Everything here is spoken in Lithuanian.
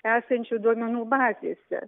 esančių duomenų bazėse